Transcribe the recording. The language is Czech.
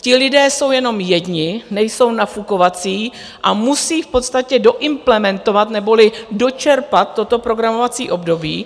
Ti lidé jsou jenom jedni, nejsou nafukovací a musí v podstatě doimplementovat neboli dočerpat toto programovací období.